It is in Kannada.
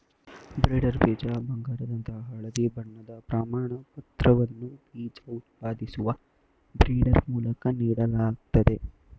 ಬ್ರೀಡರ್ ಬೀಜ ಬಂಗಾರದಂತಹ ಹಳದಿ ಬಣ್ಣದ ಪ್ರಮಾಣಪತ್ರವನ್ನ ಬೀಜ ಉತ್ಪಾದಿಸುವ ಬ್ರೀಡರ್ ಮೂಲಕ ನೀಡಲಾಗ್ತದೆ